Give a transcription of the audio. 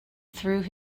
through